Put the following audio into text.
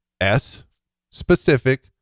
S-specific